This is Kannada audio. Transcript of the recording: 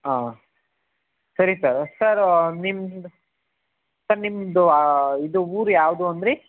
ಹಾಂ ಸರಿ ಸರ್ ಸರ್ ನಿಮ್ದು ಸರ್ ನಿಮ್ಮದು ಇದು ಊರು ಯಾವುದು ಅಂದರಿ